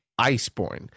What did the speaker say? Iceborn